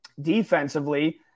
defensively